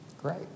Great